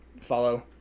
follow